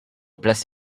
place